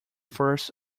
first